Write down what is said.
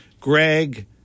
Greg